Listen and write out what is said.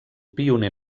pioner